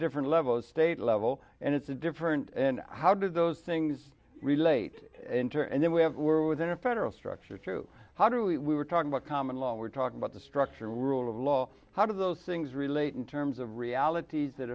different level of state level and it's different and how do those things relate enter and then we have we're within a federal structure through how do we were talking about common law we're talking about the structure of rule of law how do those things relate in terms of realities that